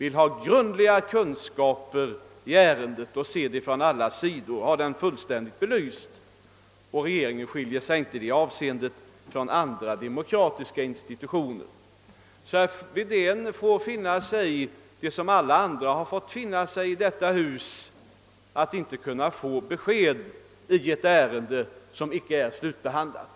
önskar grundliga kunskaper i ärendet och vill få det fullständigt belyst. Regeringen skiljer sig inte i det avseendet från andra demokratiska institutioner. Herr Wedén får liksom alla andra i detta hus finna sig i att inte kunna få besked i ett ärende som inte är slutbehandlat.